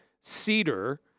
Cedar